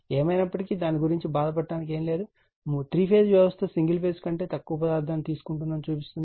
ఏమైనప్పటికీ దాని గురించి బాధపడటానికి ఏమీ లేదు 3 ఫేజ్ వ్యవస్థ సింగిల్ ఫేజ్ కంటే తక్కువ పదార్థాన్ని తీసుకుంటుంది అని చూపిస్తుంది